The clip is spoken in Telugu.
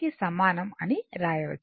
కి సమానం అని రాయవచ్చు